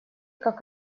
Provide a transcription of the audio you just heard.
как